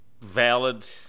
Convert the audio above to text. valid